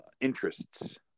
interests